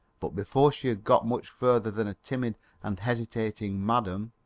but before she had got much further than a timid and hesitating madam,